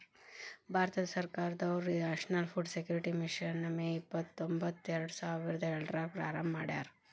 ಭಾರತ ಸರ್ಕಾರದವ್ರು national food security mission ನ May ಇಪ್ಪತ್ರೊಂಬತ್ತು ಎರಡುಸಾವಿರದ ಏಳ್ರಾಗ ಪ್ರಾರಂಭ ಮಾಡ್ಯಾರ